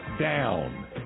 down